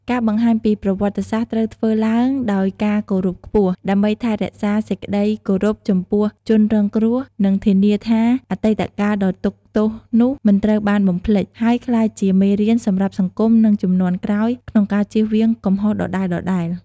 ការបង្ហាញពីប្រវត្តិសាស្ត្រត្រូវធ្វើឡើងដោយការគោរពខ្ពស់ ដើម្បីថែរក្សាសេចក្តីគោរពចំពោះជនរងគ្រោះ និងធានាថា អតីតកាលដ៏ទុក្ខទោសនោះមិនត្រូវបានបំភ្លេច ហើយក្លាយជាមេរៀនសម្រាប់សង្គមនិងជំនាន់ក្រោយក្នុងការជៀសវាងកំហុសដដែលៗ។